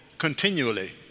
continually